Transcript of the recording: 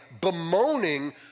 bemoaning